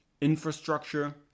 infrastructure